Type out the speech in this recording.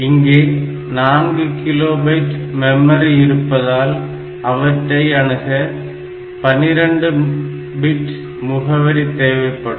இங்கே 4 kilobyte memory இருப்பதால் அவற்றை அணுக 12 பிட் முகவரி தேவைப்படும்